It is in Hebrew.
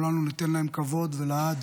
וכולנו ניתן להם כבוד, ולעד